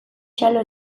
xalo